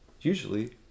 Usually